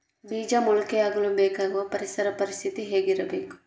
ಬೇಜ ಮೊಳಕೆಯಾಗಲು ಬೇಕಾಗುವ ಪರಿಸರ ಪರಿಸ್ಥಿತಿ ಹೇಗಿರಬೇಕು?